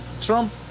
Trump